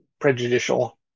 prejudicial